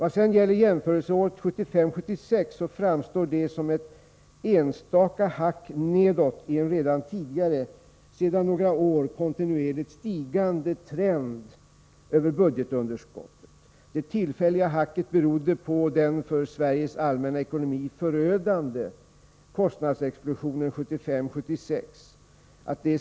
Vad sedan gäller jämförelseåret 1975 76.